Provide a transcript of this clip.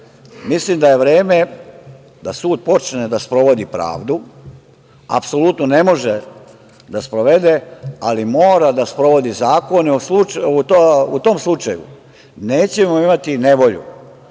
da je vreme da sud počne da sprovodi pravdu. Apsolutno ne može da sprovede, ali mora da sprovodi zakone, u tom slučaju nećemo imati nevolju,